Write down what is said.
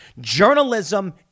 Journalism